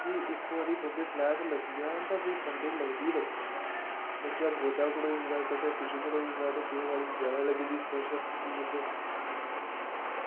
इक बारी बंदे गी तलैस लग्गी जान ते बंदे गी लगदी गै लगदी ऐ बंदे दा गो़डा कटोई जंदा कदें किश कटोई जंदा ते केंई बारी जादा लग्गी जंदी सिर च